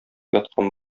яткан